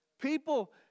People